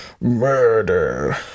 Murder